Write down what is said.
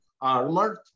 armored